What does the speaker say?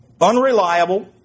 unreliable